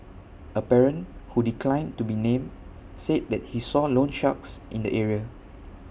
A parent who declined to be named said that he saw loansharks in the area